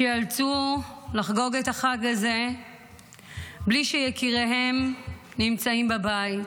שייאלצו לחגוג את החג הזה בלי שיקיריהם נמצאים בבית.